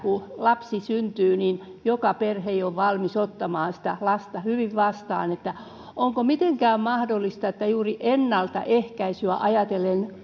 lapsi syntyy niin joka perhe ei ole valmis ottamaan sitä lasta hyvin vastaan onko mitenkään mahdollista että juuri ennaltaehkäisyä ajatellen